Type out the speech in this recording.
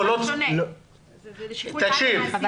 זה לשיקול דעת המעסיק.